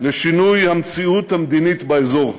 לשינוי המציאות המדינית באזור,